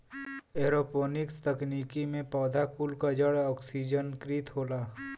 aeroponics तकनीकी में पौधा कुल क जड़ ओक्सिजनकृत होला